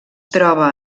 troba